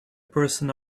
person